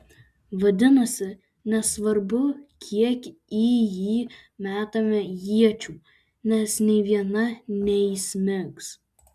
vadinasi nesvarbu kiek į jį metama iečių nes nė viena neįsmigs